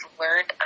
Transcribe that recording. learn